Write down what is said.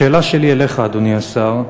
השאלה שלי אליך, אדוני השר,